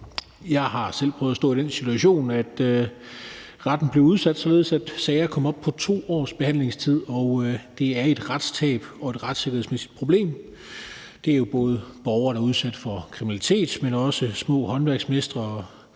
Jeg har selv prøvet at stå i den situation, at retten blev udsat, således at sager kom op på 2 års behandlingstid, og det er et retstab og et retssikkerhedsmæssigt problem. Det er jo både borgere, der er udsat for kriminalitet, men også små håndværksmestre og